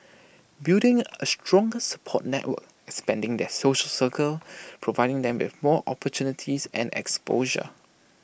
building A stronger support network expanding their social circles providing them with more opportunities and exposure